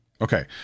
Okay